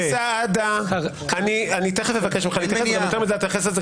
תכף אבקש ממך להתייחס.